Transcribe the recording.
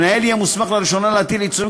המנהל יהיה מוסמך לראשונה להטיל עיצומים